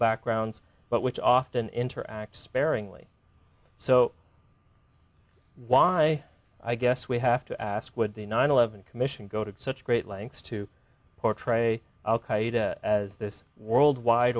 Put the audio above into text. backgrounds but which often interacts sparingly so why i guess we have to ask would the nine eleven commission go to such great lengths to portray al qaeda as this worldwide